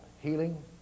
healing